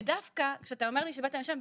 ודווקא כשאתה אומר לי שבאמת משם,